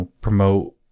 promote